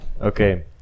Okay